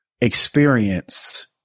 experience